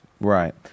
Right